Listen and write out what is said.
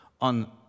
on